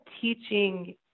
teaching